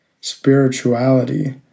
spirituality